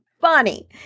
funny